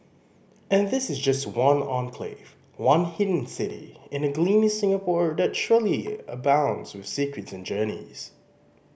and this is just one enclave one hidden city in a gleaming Singapore that surely abounds with secrets and journeys